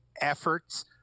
efforts